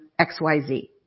XYZ